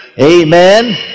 Amen